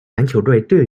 篮球队